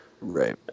Right